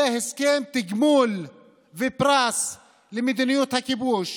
זה הסכם תגמול ופרס למדיניות הכיבוש.